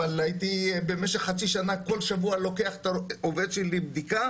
אבל הייתי במשך חצי שנה כל שבוע לוקח את העובד שלי לבדיקה